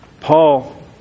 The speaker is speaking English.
Paul